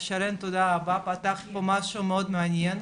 אז שרון תודה רבה, פתחת פה משהו מאוד מעניין.